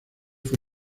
fue